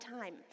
time